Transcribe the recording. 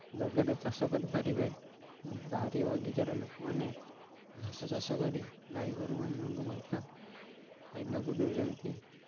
ଜାଗାରେ ଚାଷ କରିପାରିବେ ବାରି ବଗିଚାରେ ଲୋକମାନେ ଘାସ ଚାଷ କରି ଗାଈ ଗୋରୁମାନଙ୍କୁ ମଧ୍ୟ ଖାଇବାକୁ ଦେଉଛନ୍ତି